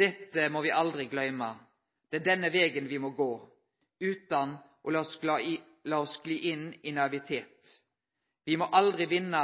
Dette må me aldri gløyme. Det er denne vegen me må gå, utan å la oss gli inn i naiviteten. Me vil aldri vinne